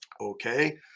Okay